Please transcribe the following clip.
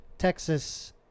Texas